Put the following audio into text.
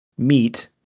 meet